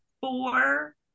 four